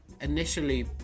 initially